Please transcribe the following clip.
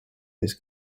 his